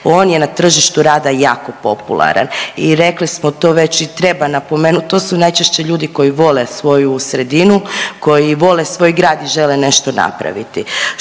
On je na tržištu rada jako popularan. I rekli smo to već i treba napomenuti, to su najčešće ljudi koji vole svoju sredinu, koji vole svoj grad i žele nešto napraviti.